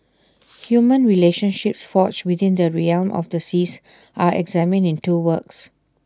human relationships forged within the realm of the seas are examined in two works